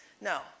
No